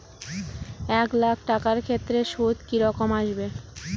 এক লাখ টাকার ক্ষেত্রে সুদ কি রকম আসবে?